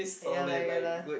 ya lah ya lah